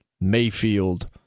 Mayfield